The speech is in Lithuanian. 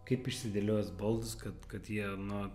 kaip išsidėliojęs baldus kad kad jie na